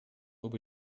über